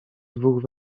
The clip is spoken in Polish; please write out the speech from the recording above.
dwóch